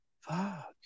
Fuck